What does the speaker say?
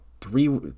three